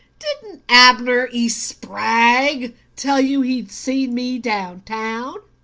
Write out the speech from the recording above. didn't abner e. spragg tell you he'd seen me down town?